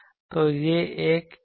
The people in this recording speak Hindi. तो यह एक इनर प्रोडक्ट है